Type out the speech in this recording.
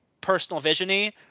personal-vision-y